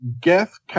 Guess